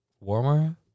warmer